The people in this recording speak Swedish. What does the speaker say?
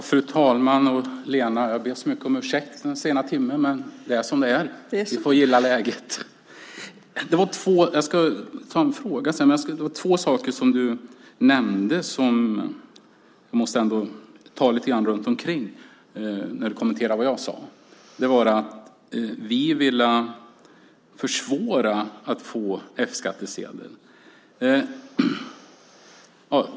Fru talman! Jag ska ta upp två saker som Lena Asplund nämnde när hon kommenterade det jag sade. Hon sade att vi vill försvåra för en att få F-skattsedel.